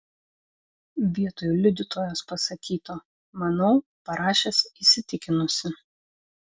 vietoj liudytojos pasakyto manau parašęs įsitikinusi